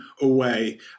away